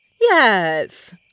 Yes